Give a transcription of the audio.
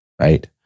right